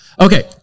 Okay